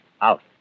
out